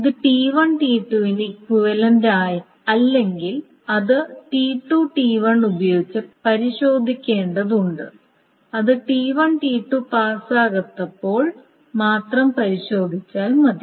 ഇത് T1 T2 ന് equivalent അല്ലെങ്കിൽ അത് T2 T1 ഉപയോഗിച്ച് പരിശോധിക്കേണ്ടതുണ്ട് അത് T1 T2 പാസ്സാകാത്തപ്പോൾ മാത്രം പരിശോധിച്ചാൽ മതി